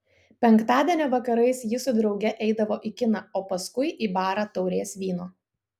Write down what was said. penktadienio vakarais ji su drauge eidavo į kiną o paskui į barą taurės vyno